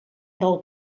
del